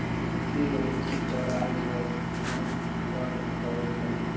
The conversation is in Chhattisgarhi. के.वाई.सी कराय बर कौन का दस्तावेज लगही?